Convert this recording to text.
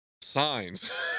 Signs